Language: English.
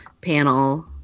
panel